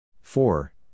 four